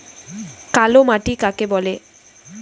কালো মাটি কাকে বলে?